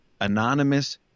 anonymous